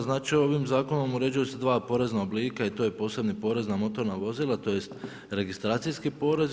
Znači ovim zakonom uređuju se dva porezna oblika i to je posebni porez na motorna vozila, tj. registracijski porezi.